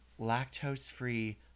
lactose-free